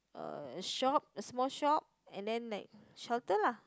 uh shop a small shop and then like shelter lah